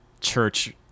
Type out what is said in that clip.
church